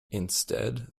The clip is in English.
instead